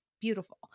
beautiful